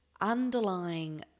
underlying